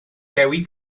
dewi